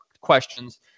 questions